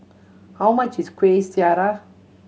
how much is Kueh Syara